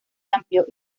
amplio